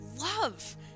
love